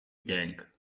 gang